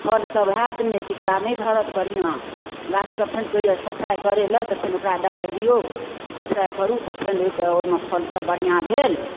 फल सब होयत नहि टिकुला नहि धरत बढ़िआँ गाछके फेन कहैय सफाइ करै लए तऽ फेन ओकरा दबाइ दियौ सफाइ करू तऽ फेन ओइके ओइमे फल सब बढ़िआँ भेल